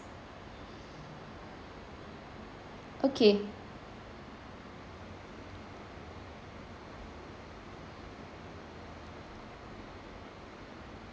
okay